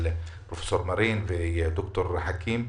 אבל פרופסור מרין וד"ר חכים,